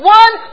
one